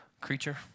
creature